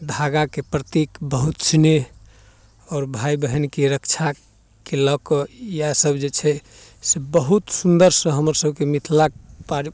धागाके प्रतिक बहुत स्नेह आओर भाय बहिनके रक्षा के लऽ कऽ इएह सभ जे छै से बहुत सुन्दरसँ हमर सभके मिथिलाक